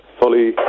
fully